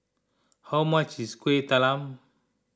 how much is Kuih Talam